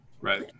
Right